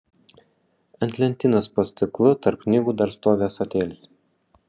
ant lentynos po stiklu tarp knygų dar stovi ąsotėlis